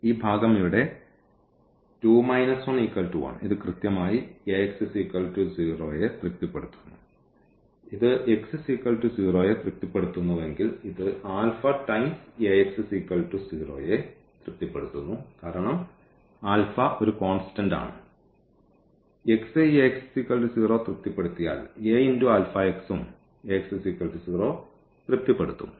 ഈ ഭാഗം ഇവിടെ 2 11 ഇത് കൃത്യമായി നെ തൃപ്തിപ്പെടുത്തുന്നു ഇത് x0 നെ തൃപ്തിപ്പെടുത്തുന്നുവെങ്കിൽ ഇത് ടൈംസ് നെ തൃപ്തിപ്പെടുത്തുന്നു കാരണം ഒരു കോൺസ്റ്റന്റ് ആണ് x ഈ തൃപ്തിപ്പെടുത്തിയാൽ ഉം തൃപ്തിപ്പെടുത്തും